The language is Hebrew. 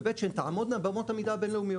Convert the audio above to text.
וב' שהן תעמודנה באמות המידה הבינלאומיות,